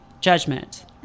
Judgment